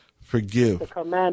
forgive